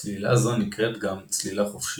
צלילה זו נקראת גם "צלילה חופשית"